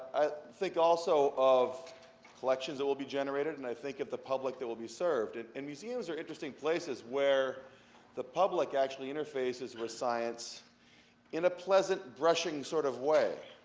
i think also of collections that will be generated, and i think of the public that will be served, and and museums are interesting places where the public actually interfaces with science in a pleasant, brushing sort of way.